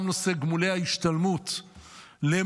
גם נושא גמולי ההשתלמות למורים,